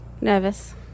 Nervous